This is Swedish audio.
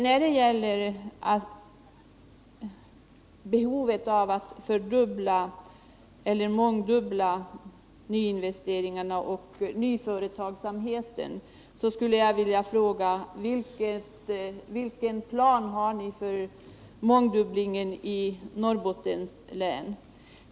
När det gäller behovet av att mångdubbla nyinvesteringarna och nyföretagsamheten skulle jag vilja fråga: Vilken plan har ni för mångdubblingen i Norrbottens län?